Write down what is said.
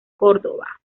córdoba